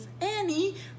annie